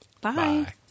Bye